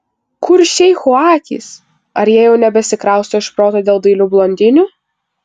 kur šeichų akys ar jie jau nebesikrausto iš proto dėl dailių blondinių